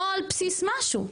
לא על בסיס משהו.